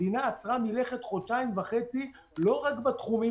המדינה עצרה חודשיים וחצי לא רק בתחומים